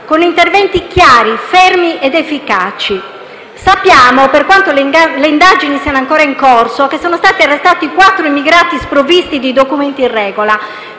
con interventi chiari, fermi ed efficaci. Sappiamo, per quanto le indagini siano ancora in corso, che sono stati arrestati quattro immigrati sprovvisti di documenti in regola,